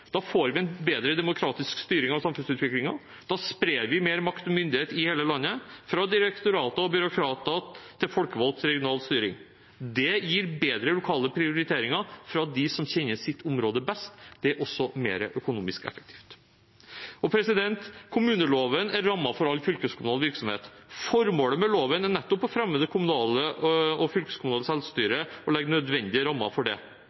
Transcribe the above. Da får vi en bedre demokratisk styring av samfunnsutviklingen, og da sprer vi mer makt og myndighet i hele landet, fra direktorat og byråkrater til folkevalgt regional styring. Det gir bedre lokale prioriteringer fra dem som kjenner sitt område best. Det er også mer effektivt økonomisk. Kommuneloven er rammen for all fylkeskommunal virksomhet. Formålet med loven er nettopp å fremme det kommunale og fylkeskommunale selvstyret og legge nødvendige rammer for det.